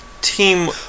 team